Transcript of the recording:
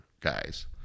guys